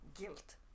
Guilt